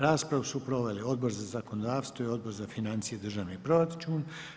Raspravu su proveli Odbor za zakonodavstvo i Odbor za financije i državni proračun.